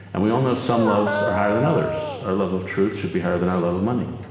and we all know some loves are higher than others. our love of truth should be higher than our love of money,